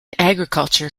agriculture